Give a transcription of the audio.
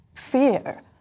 fear